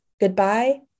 Goodbye